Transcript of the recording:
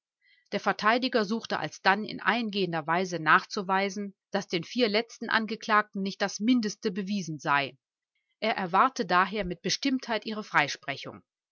der verteidiger suchte alsdann in eingehender weise nachzuweisen daß den vier letzten angeklagten nicht das mindeste bewiesen sei er erwarte daher mit bestimmtheit ihre freisprechung